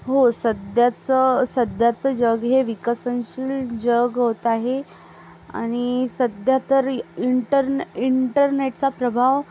हो सध्याचं सध्याचं जग हे विकसनशील जग होत आहे आणि सध्या तरी इंटरने इंटरनेटचा प्रभाव